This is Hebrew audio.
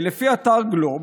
לפי אתר גלובס,